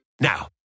Now